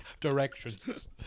directions